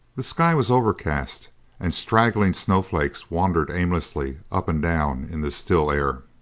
the sky was overcast and straggling snowflakes wandered aimlessly up and down in the still air.